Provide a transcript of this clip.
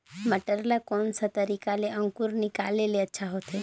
मटर ला कोन सा तरीका ले अंकुर निकाले ले अच्छा होथे?